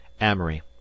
Amory